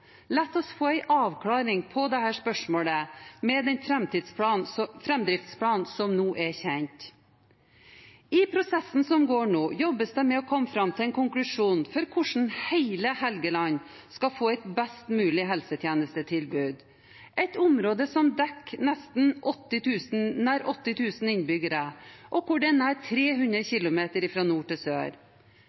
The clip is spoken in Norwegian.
la oss få en avklaring i dette spørsmålet med den framdriftsplanen som nå er kjent. I prosessen som pågår nå, jobbes det med å komme fram til en konklusjon for hvordan hele Helgeland skal få et best mulig helsetjenestetilbud – et område som dekker nær 80 000 innbyggere, og hvor det er nær 300 km fra nord til sør.